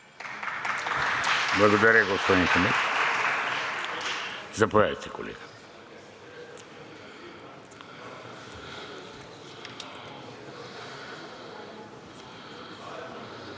Благодаря, господин Хамид. Заповядайте, колега.